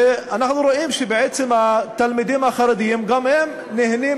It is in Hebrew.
ואנחנו רואים שהתלמידים החרדים גם נהנים